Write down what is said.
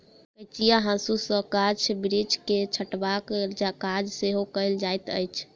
कचिया हाँसू सॅ गाछ बिरिछ के छँटबाक काज सेहो कयल जाइत अछि